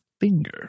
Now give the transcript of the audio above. finger